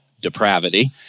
depravity